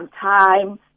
time